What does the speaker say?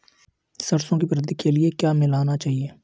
सरसों की वृद्धि के लिए क्या मिलाना चाहिए?